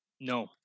no